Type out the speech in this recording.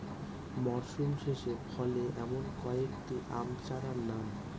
মরশুম শেষে ফলে এমন কয়েক টি আম চারার নাম?